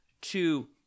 two